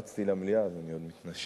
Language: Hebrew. רצתי למליאה אז אני עוד מתנשף,